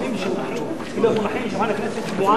לעקוף את הכנסת.